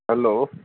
hello